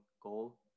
goal